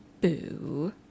Boo